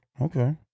Okay